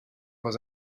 was